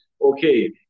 Okay